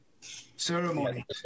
Ceremony